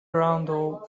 around